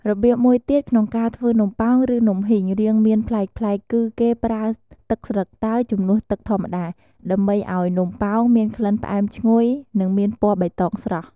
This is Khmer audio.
របៀបមួយទៀតក្នុងការធ្វើនំប៉ោង ឬ នំហុីងរាងមានប្លែកៗគឺ គេប្រើទឹកស្លឹកតើយជំនួសទឹកធម្មតា ដើម្បីឱ្យនំប៉ោងមានក្លិនផ្អែមឈ្ងុយ និងមានពណ៌បៃតងស្រស់។